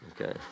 okay